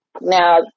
Now